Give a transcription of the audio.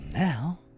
Now